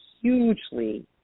hugely